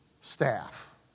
staff